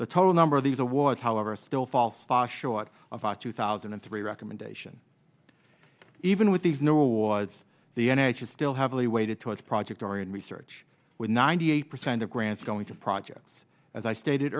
the total number of these awards however still fall far short of the two thousand and three recommendation even with these new awards the n h s still heavily weighted towards project or in research with ninety eight percent of grants going to projects as i stated